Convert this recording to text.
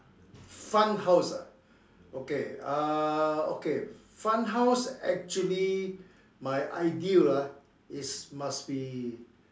fun house ah okay uh okay fun house actually my ideal ah is must be